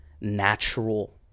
natural